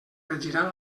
regiran